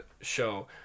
show